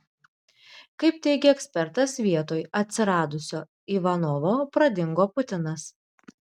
kaip teigia ekspertas vietoj atsiradusio ivanovo pradingo putinas